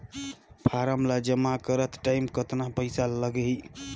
Form ला जमा करत टाइम कतना पइसा लगही?